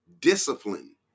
discipline